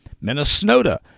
Minnesota